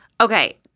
Okay